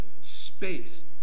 space